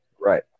Right